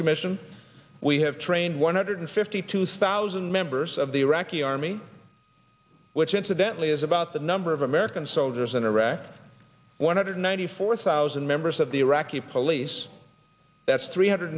commission we have trained one hundred fifty two thousand members of the iraqi army which incidentally is about the number of american soldiers in iraq one hundred ninety four thousand members of the iraqi police that's three hundred